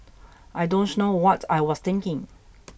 I don't know what I was thinking